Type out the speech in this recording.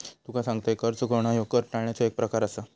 तुका सांगतंय, कर चुकवणा ह्यो कर टाळण्याचो एक प्रकार आसा